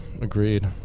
agreed